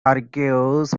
fergus